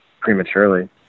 prematurely